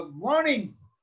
warnings